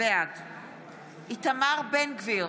בעד איתמר בן גביר,